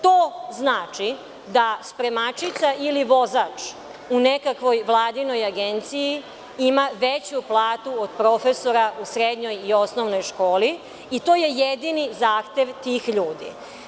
To znači da spremačica ili vozač, ima veću platu od profesora u srednjoj i osnovnoj školi i to je jedini zahtev tih ljudi.